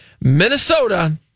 Minnesota